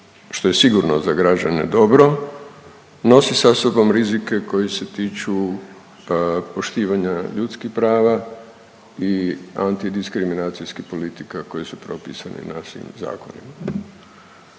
što je sigurno za građane dobro, nosi sa sobom rizike koji se tiču poštivanja ljudskih prava i antidiskriminacijskih politika koje su propisane .../Govornik